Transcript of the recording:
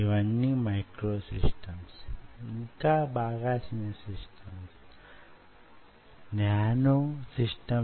ఇక్కడ myotube లు రూపొందడాన్ని మీరు యే విధంగానూ ఆపలేరు